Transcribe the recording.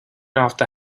after